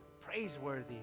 praiseworthy